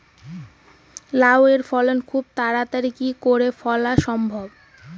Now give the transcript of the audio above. লাউ এর ফল খুব তাড়াতাড়ি কি করে ফলা সম্ভব?